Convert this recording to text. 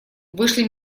вышли